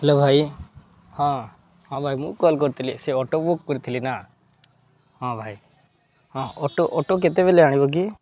hello ଭାଇ ହଁ ହଁ ଭାଇ ମୁଁ କଲ୍ କରିଥିଲି ସେ ଅଟୋ ବୁକ୍ କରିଥିଲି ନା ହଁ ଭାଇ ହଁ ଅଟୋ ଅଟୋ କେତେବେଳେ ଆଣିବ କି